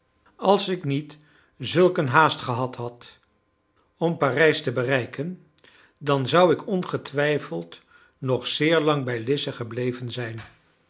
als ik niet zulk een haast gehad had om parijs te bereiken dan zou ik ongetwijfeld nog zeer lang bij lize gebleven zijn